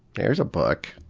there's a book.